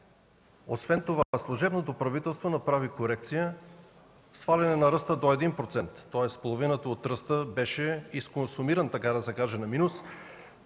Освен това, служебното правителство направи корекция – сваляне на ръста до 1%, тоест половината от ръста беше изконсумиран така да се каже на минус